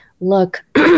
look